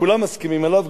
שכולם מסכימים עליו,